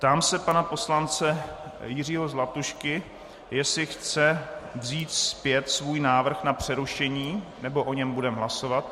Ptám se pana poslance Jiřího Zlatušky, jestli chce vzít zpět svůj návrh na přerušení, nebo o něm budeme hlasovat.